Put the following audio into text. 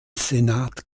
senat